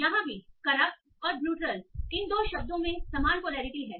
यहाँ भी करप्ट और ब्रूटल इन दो शब्दों में समान पोलैरिटी है